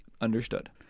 understood